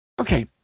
Okay